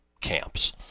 camps